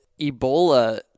Ebola